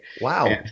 Wow